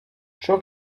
ciò